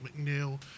McNeil